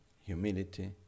humility